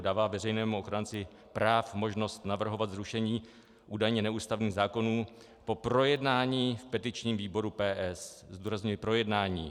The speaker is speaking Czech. Dává veřejnému ochránci práv možnost navrhovat zrušení údajně neústavních zákonů po projednání v petičním výboru PS zdůrazňuji po projednání.